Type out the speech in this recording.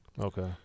Okay